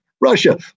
Russia